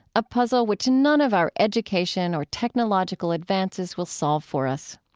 a puzzle which none of our education or technological advances will solve for us.